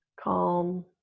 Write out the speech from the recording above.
calm